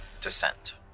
descent